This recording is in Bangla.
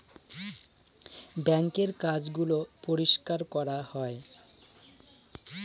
বাঙ্কের কাজ গুলো পরিষ্কার করা যায়